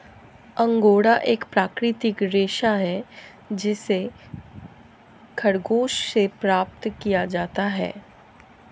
angora एक प्राकृतिक रेशा है जिसे खरगोश से प्राप्त किया जाता है